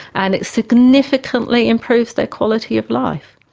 and it significantly improves their quality of life.